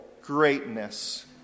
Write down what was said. greatness